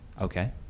Okay